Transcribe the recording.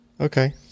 okay